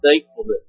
thankfulness